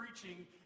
preaching